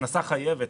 זאת הכנסה חייבת.